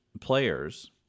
players